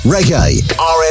Reggae